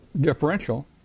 differential